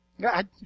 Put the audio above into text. God